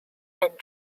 and